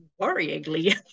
worryingly